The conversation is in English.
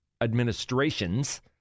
administration's